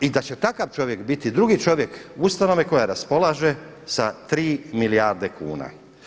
I da će takav čovjek biti drugi čovjek ustanove koja raspolaže sa 3 milijarde kuna.